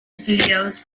studios